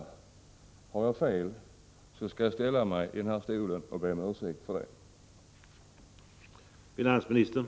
Om jag har fel, skall jag här i talarstolen be om ursäkt för detta mitt påstående.